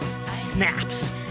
snaps